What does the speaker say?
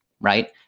right